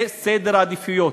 זה סדר עדיפויות.